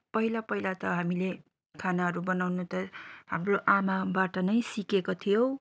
पहिला पहिला त हामीले खानाहरू बनाउनु त हाम्रो आमाबाट नै सिकेको थियो